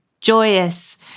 joyous